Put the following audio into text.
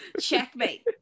Checkmate